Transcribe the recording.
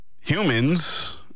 humans